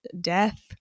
death